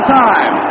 time